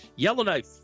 Yellowknife